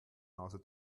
nase